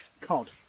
Cod